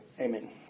Amen